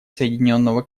соединенного